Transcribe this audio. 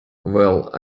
well